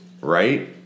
right